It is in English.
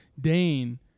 Dane